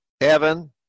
Evan